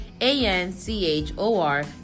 A-N-C-H-O-R